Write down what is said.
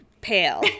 pale